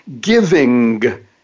giving